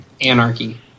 Anarchy